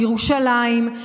בירושלים,